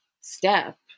step